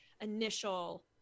initial